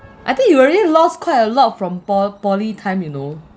I think you already lost quite a lot from po~ poly time you know